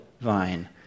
vine